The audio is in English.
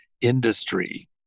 industry